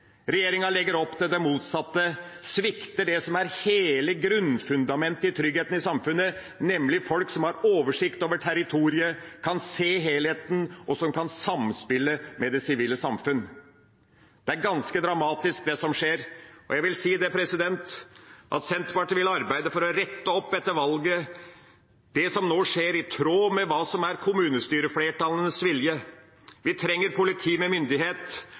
Regjeringa legger opp til det motsatte og svikter det som er hele grunnfundamentet i tryggheten i samfunnet, nemlig folk som har oversikt over territoriet, som kan se helheten, og som kan samspille med det sivile samfunn. Det er ganske dramatisk, det som skjer. Senterpartiet vil etter valget arbeide for å rette opp det som nå skjer, i tråd med kommunestyreflertallenes vilje. Vi trenger politi med myndighet.